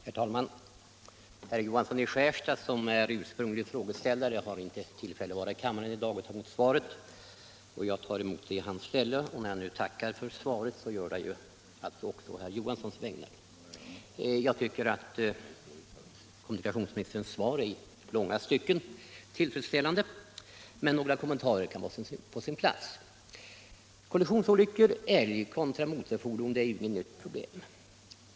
Herr talman! Herr Johansson i Skärstad, som är ursprunglig frågeställare, har inte tillfälle att vara i kammaren i dag och ta emot svaret, varför jag tar emot det i hans ställe. När jag nu tackar för svaret, gör jag det också på herr Johanssons vägnar. Jag tycker att kommunikationsministerns svar i långa stycken är tillfredsställande, men några kommentarer kan vara på sin plats. Kollisionsolyckor med älg kontra motorfordon är ju inte något nytt problem.